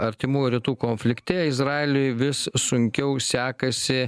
artimųjų rytų konflikte izraeliui vis sunkiau sekasi